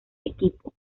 equipo